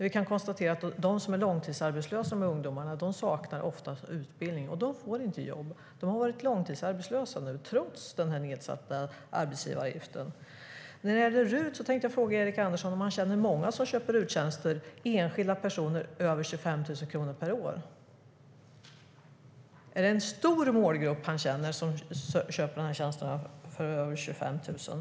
Vi kan konstatera att de ungdomar som är långtidsarbetslösa ofta saknar utbildning. De får inte jobb. De har varit långtidsarbetslösa trots den nedsatta arbetsgivaravgiften. När det gäller RUT tänkte jag fråga Erik Andersson om han känner många enskilda personer som köper RUT-tjänster för över 25 000 kronor per år. Är det en stor målgrupp som köper dessa tjänster för över 25 000?